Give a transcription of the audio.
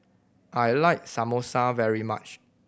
I like Samosa very much